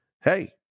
hey